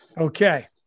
Okay